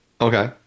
Okay